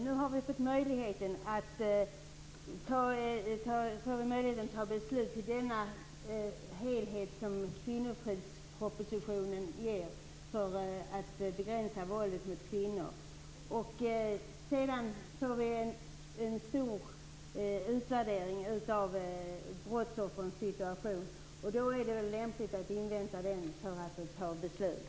Nu får vi möjlighet att fatta beslut om den helhet som propositionen om kvinnofrid ger för att begränsa våldet mot kvinnor. Sedan får vi en stor utvärdering av brottsoffrens situation. Då är det väl lämpligt att invänta den innan vi fattar beslut.